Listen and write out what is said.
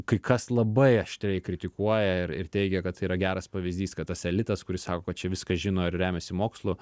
kai kas labai aštriai kritikuoja ir ir teigia kad tai yra geras pavyzdys kad tas elitas kuris sako kad čia viską žino ir remiasi mokslu